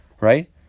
right